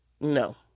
no